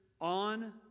on